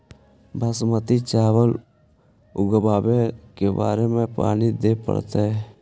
बासमती चावल उगावेला के बार पानी देवे पड़तै?